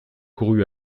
couru